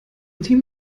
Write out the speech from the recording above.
team